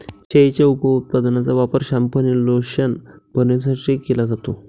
शेळीच्या उपउत्पादनांचा वापर शॅम्पू आणि लोशन बनवण्यासाठी केला जातो